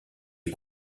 les